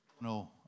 No